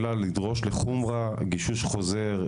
אלא לדרוש לחומרה גישוש חוזר.